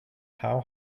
how